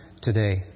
today